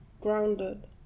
grounded